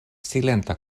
silenta